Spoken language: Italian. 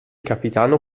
capitano